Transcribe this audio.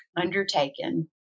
undertaken